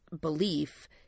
belief